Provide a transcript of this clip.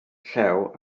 llew